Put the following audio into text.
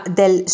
del